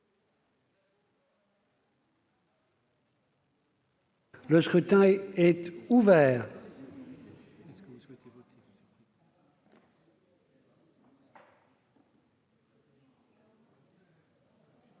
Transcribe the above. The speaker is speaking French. Le scrutin est ouvert.